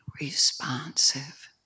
responsive